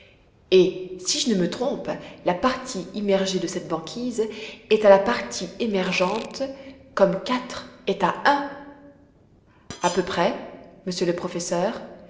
et si je ne me trompe la partie immergée de cette banquise est à la partie émergeante comme quatre est à un a peu près monsieur le professeur